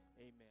Amen